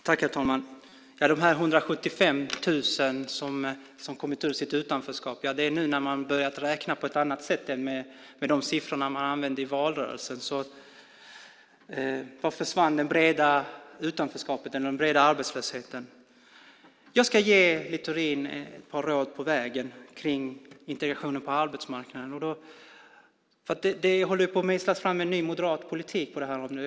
Herr talman! De 175 000 som har kommit ut ur sitt utanförskap handlar om att man nu har börjat räkna på ett annat sätt än med de siffror man använde i valrörelsen. Var försvann det breda utanförskapet och den breda arbetslösheten? Jag ska ge Littorin ett par råd på vägen om integration på arbetsmarknaden. Det håller på att mejslas fram en ny moderat politik på området.